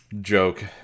joke